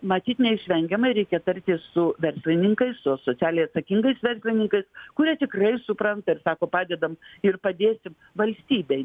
matyt neišvengiamai reikia tartis su verslininkais su socialiai atsakingais verslininkais kurie tikrai supranta ir sako padedam ir padėsim valstybei